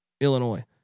Illinois